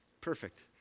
Perfect